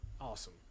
awesome